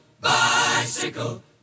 bicycle